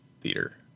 theater